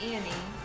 Annie